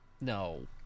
no